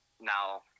now